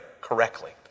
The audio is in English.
correctly